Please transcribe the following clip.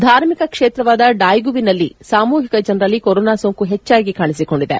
ಧಾರ್ಮಿಕ ಕ್ಷೇತ್ರವಾದ ಡಾಯಿಗುವಿನಲ್ಲಿ ಸಾಮೂಹಿಕ ಜನರಲ್ಲಿ ಕೊರೊನಾ ಸೋಂಕು ಹೆಚ್ಚಾಗಿ ಕಾಣಿಸಿಕೊಂಡಿದೆ